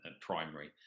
primary